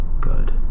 good